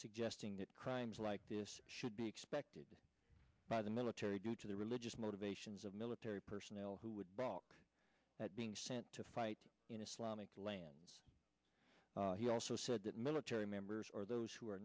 suggesting that crimes like this should be expected by the military due to the religious motivations of military personnel who would balk at being sent to fight in islam lands he also said that military members or those who are